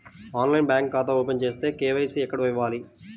ఆన్లైన్లో బ్యాంకు ఖాతా ఓపెన్ చేస్తే, కే.వై.సి ఎక్కడ ఇవ్వాలి?